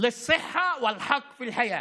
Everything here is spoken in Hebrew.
(מתרגם את דבריו לערבית.)